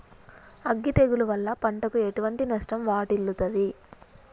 అగ్గి తెగులు వల్ల పంటకు ఎటువంటి నష్టం వాటిల్లుతది?